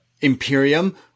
Imperium